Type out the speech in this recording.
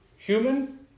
Human